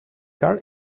car